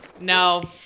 No